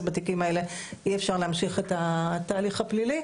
אז בתיקים האלה אי אפשר להמשיך בתהליך הפלילי.